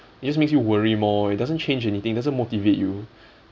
it just makes you worry more it doesn't change anything doesn't motivate you